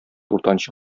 уртанчы